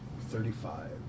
Thirty-five